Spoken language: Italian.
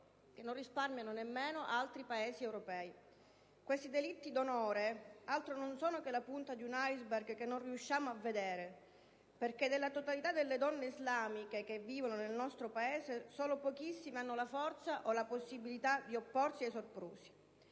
che non risparmiano nemmeno altri Paesi europei. Questi delitti d'onore altro non sono che la punta di un iceberg che non riusciamo a vedere perché, della totalità delle donne islamiche che vivono nel nostro Paese, solo pochissime hanno la forza o la possibilità di opporsi ai soprusi.